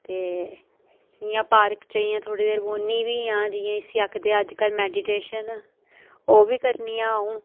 ते इ'यां पार्क च इ'यां थोह्ड़ी देर बौह्नी बी आं जियां इसी आखदे अज्जकल मैडिटेशन ओह् बी करनी आं अ'ऊं